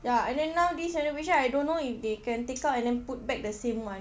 ya and then now this renovation I don't know if they can take out and then put back the same one